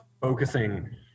focusing